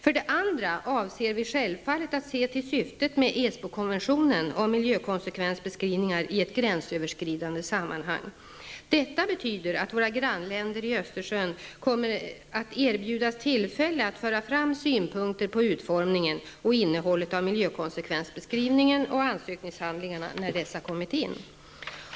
För det andra avser vi självfallet att se till syftet med Esbo-konventionen om miljökonsekvensbeskrivningar i ett gränsöverskridande sammanhang. Detta betyder att våra grannländer vid Östersjön kommer att erbjudas tillfälle att föra fram synpunkter på utformningen och innehållet av miljökonsekvensbeskrivningen och ansökningshandlingarna när dessa kommit in.